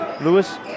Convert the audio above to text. Lewis